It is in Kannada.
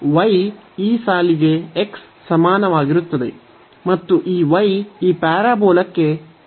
y ಈ ಸಾಲಿಗೆ x ಸಮಾನವಾಗಿರುತ್ತದೆ ಮತ್ತು ಈ y ಈ ಪ್ಯಾರಾಬೋಲಾಕ್ಕೆ ಗೆ ಸಮಾನವಾಗಿರುತ್ತದೆ